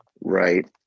Right